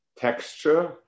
texture